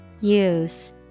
Use